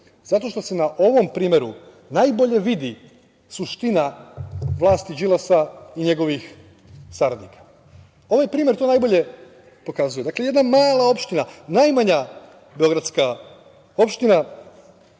zato što se na ovom primeru najbolje vidi suština vlasti Đilasa i njegovih saradnika. Ovaj primer to najbolje pokazuje. Dakle, jedna mala opština, najmanja beogradska opština